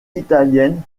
italienne